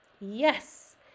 Yes